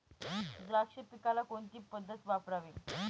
द्राक्ष पिकाला कोणती पद्धत वापरावी?